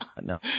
No